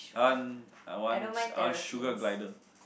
I want I want I want sugar glider